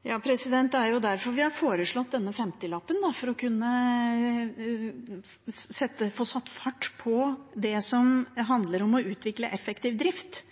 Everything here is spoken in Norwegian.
Det er derfor vi har foreslått denne femtilappen, for å kunne få satt fart på det som handler om å utvikle effektiv drift,